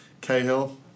Cahill